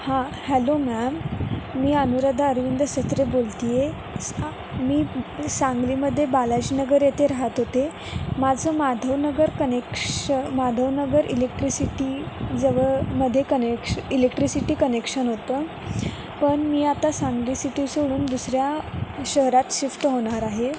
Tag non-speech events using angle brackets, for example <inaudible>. हा hello ma'am मी अनुराधा अरविंद सत्रे बोलत आहे <unintelligible> मी सांगलीमध्ये बालाजीनगर येथे राहत होते माझं माधव नगर कनेक्श माधवनगर इलेक्ट्रिसिटी जवळ मध्ये कनेक्श इलेक्ट्रिसिटी कनेक्शन होतं पण मी आता सांगली सिटी सोडून दुसऱ्या शहरात शिफ्ट होणार आहे